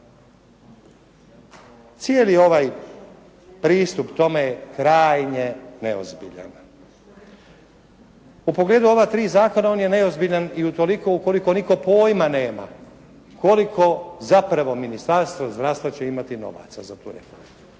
Cijeli ovaj pristup tome je krajnje neozbiljan. U pogledu ova tri zakona, on je neozbiljan i utoliko koliko nitko pojma nema koliko zapravo Ministarstvo zdravstva će imati novaca za tu reformu.